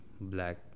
Black